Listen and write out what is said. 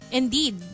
indeed